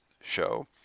show